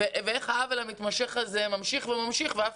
ואיך העוול המתמשך הזה ממשיך וממשיך ואף